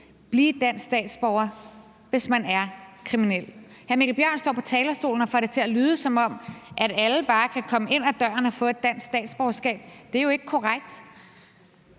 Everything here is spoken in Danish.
blive dansk statsborger, hvis man er kriminel? Hr. Mikkel Bjørn står på talerstolen og får det til at lyde, som om alle bare kan komme ind ad døren og få et dansk statsborgerskab. Det er jo ikke korrekt.